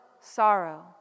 sorrow